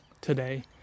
today